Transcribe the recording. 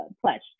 pledged